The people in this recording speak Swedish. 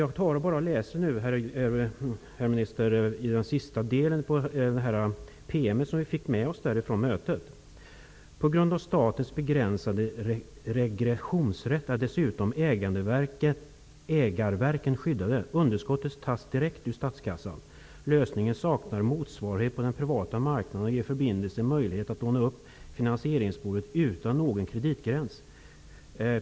Jag skall nu läsa ur den sista delen av det PM vi fick på detta möte, herr minister. ''På grund av statens begränsade regressionsrätt är dessutom ägarverken skyddade -- underskottet tas direkt ut statskassan. Lösningen saknar motsvarighet på den privata marknaden och ger förbindelsen möjlighet att låna upp finansieringsbehovet utan någon kreditgräns.